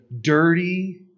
dirty